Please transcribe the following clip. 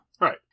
Right